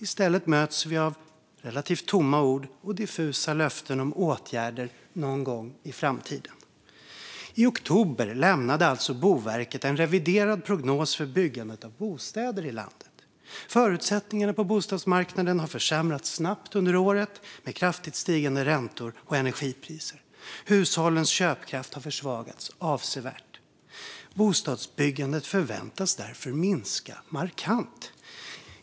I stället möts vi av relativt tomma ord och diffusa löften om åtgärder någon gång i framtiden. I oktober lämnade Boverket alltså en reviderad prognos för byggandet av bostäder i landet. Förutsättningarna på bostadsmarknaden har försämrats snabbt under året med kraftigt stigande räntor och energipriser. Hushållens köpkraft har försvagats avsevärt. Bostadsbyggandet förväntas därför minska markant.